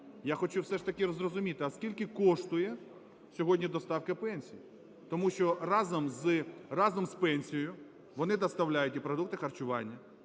я хочу все ж таки зрозуміти, а скільки коштує сьогодні доставка пенсій. Тому що разом з пенсією вони доставляють і продукти харчування,